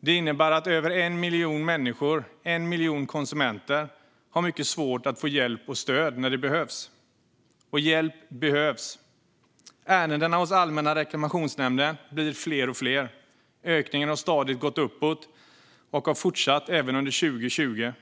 Det innebär att över 1 miljon människor - 1 miljon konsumenter - har mycket svårt att få hjälp och stöd när det behövs. Och hjälp behövs. Ärendena hos Allmänna reklamationsnämnden blir fler och fler. Ökningen har stadigt gått uppåt och har fortsatt även under 2020.